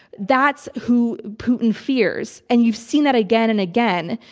that's who putin fears. and you've seen that again and again.